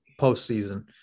postseason